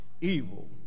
evil